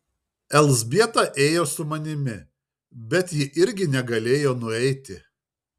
elzbieta ėjo su manimi bet ji irgi negalėjo nueiti